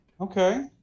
Okay